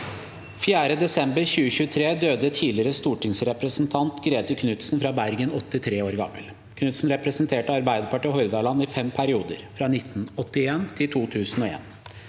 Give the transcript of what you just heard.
4. desember 2023 døde tidligere stortingsrepresentant Grete Knudsen fra Bergen, 83 år gammel. Knudsen representerte Arbeiderpartiet og Hordaland i fem perioder, fra 1981 til 2001.